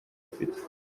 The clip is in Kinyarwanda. afite